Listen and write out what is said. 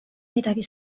midagi